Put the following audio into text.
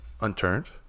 unturned